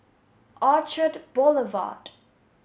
Orchard Boulevard